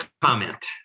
comment